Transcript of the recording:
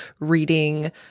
reading